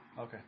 Okay